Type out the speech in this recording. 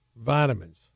vitamins